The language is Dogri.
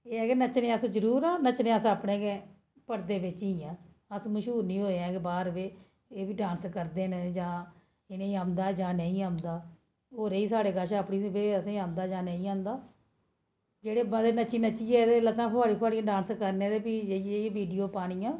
एह् ऐ के नच्चने अस जरूर आं नच्चने अस अपने गै परदे बिच इ'यैं अस मश्हूर नेई होए ऐं के ऐ डांस बी करदे न इ'नेंगी औंदा जां नेई औंदा ओह् रेही अपने साढ़े कश की असेंगी आंदा जां नेई आंदा अपने जेह्ड़े बड़े नच्चियै नच्चियै ते लत्तां पुहाड़ी पुहाड़ियै डांस करने ते फ्ही जेइयै बीडियो पानियां